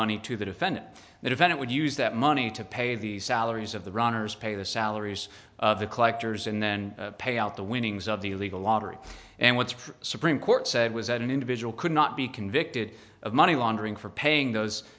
money to the defendant that event would use that money to pay the salaries of the runners pay the salaries of the collectors and then pay out the winnings of the legal lottery and what's supreme court said was that an individual could not be convicted of money laundering for paying those